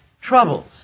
Troubles